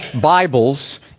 Bibles